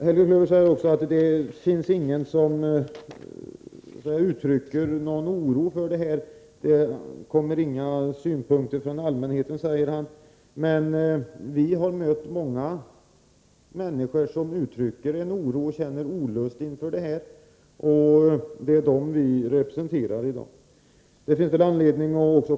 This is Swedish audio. Helge Klöver säger också att det inte har uttryckts någon oro för det här från allmänhetens sida. Vi har emellertid mött många människor som känner oro och olust inför utvecklingen, och det är dem vi representerar i dagens debatt.